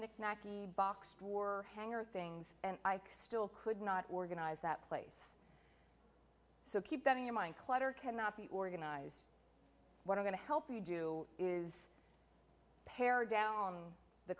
knick knack the box two or hanger things and i still could not organize that place so keep that in your mind clutter cannot be organized what i'm going to help you do is pared down the